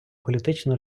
політичну